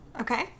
Okay